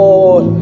Lord